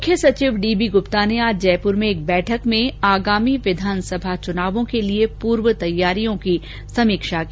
मुख्य सचिव डीबी गुप्ता ने आज जयपुर में एक बैठक में आगामी विधानसभा चुनावों के लिये पूर्व तैयारियों की समीक्षा की